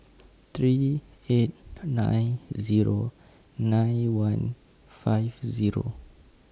three eight nine Zero nine one five Zero